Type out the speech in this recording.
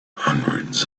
hundreds